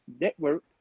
Network